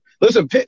Listen